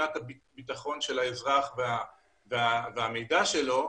מבחינת הביטחון של האזרח והמידע שלו,